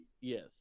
Yes